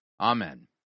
Amen